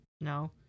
No